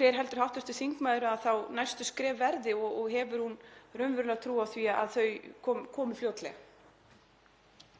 Hver heldur hv. þingmaður þá að næstu skref verði og hefur hún raunverulega trú á því að þau komi fljótlega?